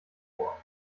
vor